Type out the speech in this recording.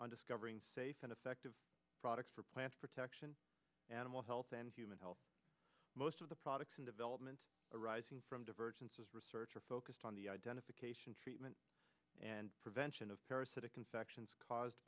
on discovering safe and effective products for plants protection animal health and human health most of the products in development arising from divergence research are focused on the identification treatment and prevention